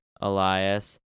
Elias